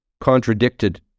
contradicted